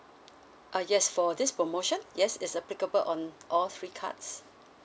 uh yes for this promotion yes it's applicable on all three cards